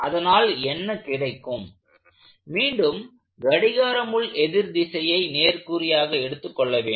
அதனால் என்ன கிடைக்கும் மீண்டும் கடிகார முள் எதிர் திசையை நேர்குறியாக எடுத்துக் கொள்ள வேண்டும்